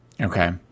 Okay